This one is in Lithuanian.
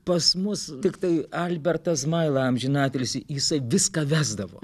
pas mus tiktai albertas zmaila amžinatilsį jisai viską vesdavo